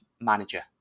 manager